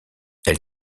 elle